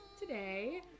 today